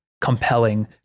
compelling